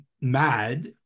mad